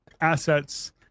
assets